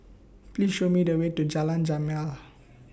Please Show Me The Way to Jalan Jamal